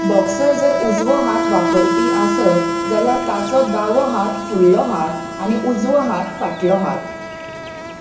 boxer जर उजवो हात वापरपी आसत जाल्यार ताचो दावो हात फुडलो हात आनी उजवो हात फाटलो हात